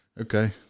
Okay